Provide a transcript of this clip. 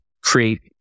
create